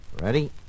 Ready